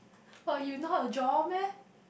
but you know how to draw meh